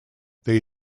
they